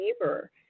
neighbor